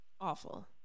Awful